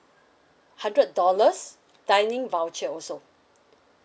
hundred dollars dining voucher also